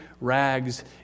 rags